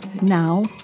now